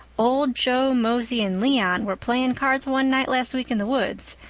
old joe mosey and leon were playing cards one nite last week in the woods.